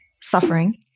suffering